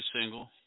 single